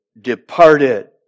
departed